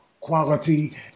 quality